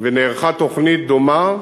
ונערכה תוכנית דומה,